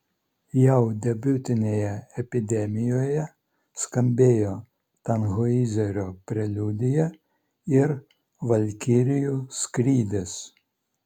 jau debiutinėje epidemijoje skambėjo tanhoizerio preliudija ir valkirijų skrydis